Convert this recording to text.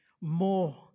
more